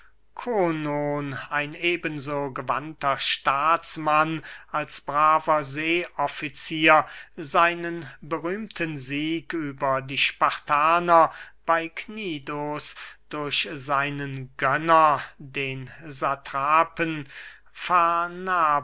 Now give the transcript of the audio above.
ein eben so gewandter staatsmann als braver seeofficier seinen berühmten sieg über die spartaner bey knidos durch seinen gönner den satrapen